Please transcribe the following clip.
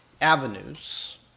avenues